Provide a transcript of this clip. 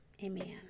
Amen